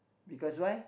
because why